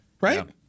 right